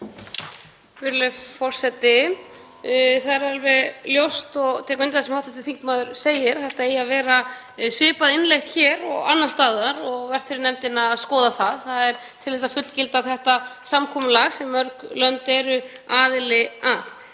Það er alveg ljóst, og ég tek undir það sem hv. þingmaður segir, að þetta eigi að vera svipað innleitt hér og annars staðar og vert fyrir nefndina að skoða það, þ.e. til þess að fullgilda þetta samkomulag sem mörg lönd eru aðili að.